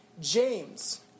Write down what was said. James